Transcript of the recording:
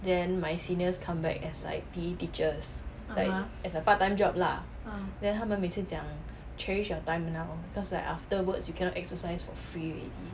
then my seniors comeback as like P_E teachers like as a part time job lah then 他们每次讲 cherish your time you now because like afterwards you cannot exercise for free already